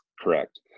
Correct